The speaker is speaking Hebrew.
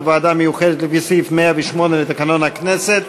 ועדה מיוחדת לפי סעיף 108 לתקנון הכנסת,